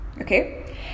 okay